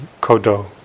Kodo